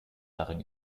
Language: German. darin